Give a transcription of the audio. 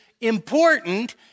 important